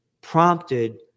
prompted